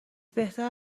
بهتر